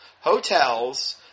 hotels